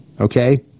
okay